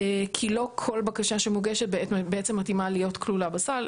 כי לא כל בקשה שמוגשת בעצם מתאימה להיות כלולה בסל.